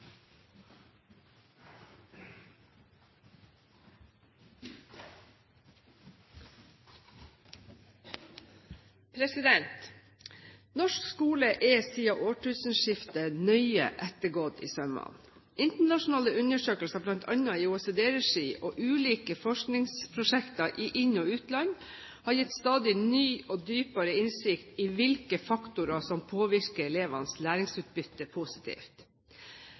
omme. Norsk skole er siden årtusenskiftet nøye ettergått i sømmene. Internasjonale undersøkelser bl.a. i OECD-regi og ulike forskningsprosjekter i inn- og utland har gitt stadig ny og dypere innsikt i hvilke faktorer som påvirker elevenes læringsutbytte positivt.